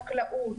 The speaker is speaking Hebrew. חקלאות,